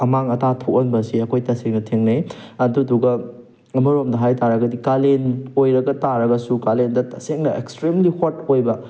ꯑꯃꯥꯡ ꯑꯇꯥ ꯊꯣꯛꯍꯟꯕꯁꯤ ꯑꯩꯈꯣꯏ ꯇꯁꯦꯡꯅ ꯊꯦꯡꯅꯩ ꯑꯗꯨꯗꯨꯒ ꯑꯃꯔꯣꯝꯗ ꯍꯥꯏ ꯇꯥꯔꯒꯗꯤ ꯀꯥꯂꯦꯟ ꯑꯣꯏꯔꯒ ꯇꯥꯔꯒꯁꯨ ꯀꯥꯂꯦꯟꯗ ꯇꯁꯦꯡꯅ ꯑꯦꯛꯁꯇ꯭ꯔꯤꯝꯂꯤ ꯍꯣꯠ ꯑꯣꯏꯕ